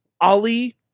Ali